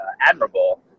admirable